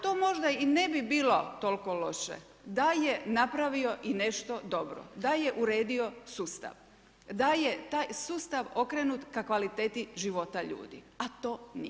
To možda i ne bi bilo toliko loše da je napravio i nešto dobro, da je uredio sustav, da je taj sustav okrenut ka kvaliteti života ljudi, a to nije.